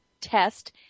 test